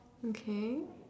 okay